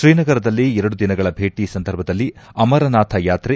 ಶ್ರೀನಗರದಲ್ಲಿ ಎರಡು ದಿನಗಳ ಭೇಟಿ ಸಂದರ್ಭದಲ್ಲಿ ಅಮರನಾಥ ಯಾತ್ರೆ